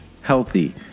healthy